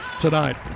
tonight